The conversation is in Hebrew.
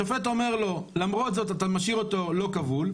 השופט אומר לו, למרות זאת אתה משאיר אותו לא כבול.